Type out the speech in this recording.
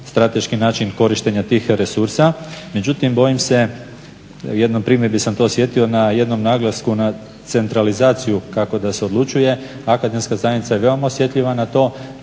način korištenja tih resursa. Međutim, bojim se, u jednoj primjedbi sam to osjetio na jednom naglasku na centralizaciju kako da se odlučuje. Akademska zajednica je veoma osjetljiva na to.